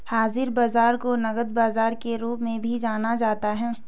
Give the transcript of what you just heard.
हाज़िर बाजार को नकद बाजार के रूप में भी जाना जाता है